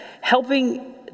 Helping